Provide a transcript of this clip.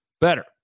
better